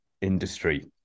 industry